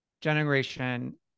generation